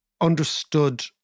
understood